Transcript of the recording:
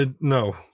no